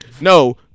No